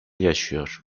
yaşıyor